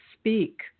speak